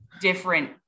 different